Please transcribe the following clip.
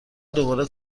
دوباره